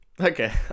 Okay